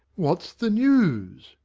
what's the news?